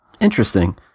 Interesting